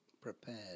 prepared